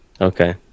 Okay